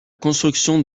construction